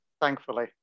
thankfully